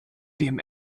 dem